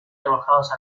arrojados